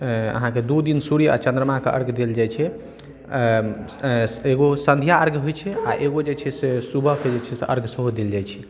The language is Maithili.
दू दिन सूर्य आओर चन्द्रमाके अर्घ देल जाइ छै एकगो सन्ध्या अर्घ होइ छै आओर एकगो जे छै से सुबहके जे छै अर्घ सेहो देल जाइ छै